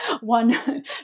one